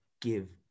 give